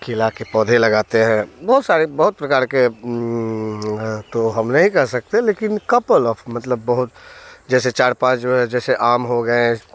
केला के पौधे लगाते हैं बहुत सारे बहुत प्रकार के तो हम नहीं कह सकते लेकिन कपल ऑफ मतलब बहुत जैसे चार पाँच वे जैसे आम हो गए